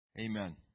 Amen